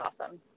awesome